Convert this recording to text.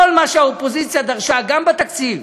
כל מה שהאופוזיציה דרשה, גם בתקציב